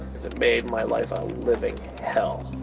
it made my life a living hell.